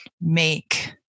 make